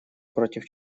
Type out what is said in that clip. против